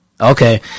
Okay